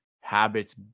habits